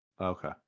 Okay